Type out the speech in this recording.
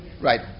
Right